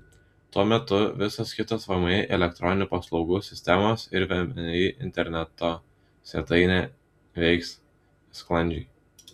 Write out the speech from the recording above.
tuo metu visos kitos vmi elektroninių paslaugų sistemos ir vmi interneto svetainė veiks sklandžiai